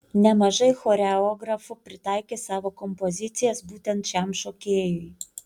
nemažai choreografų pritaikė savo kompozicijas būtent šiam šokėjui